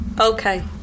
Okay